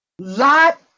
Lot